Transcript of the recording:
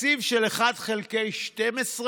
תקציב של 1 חלקי 12,